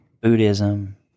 Buddhism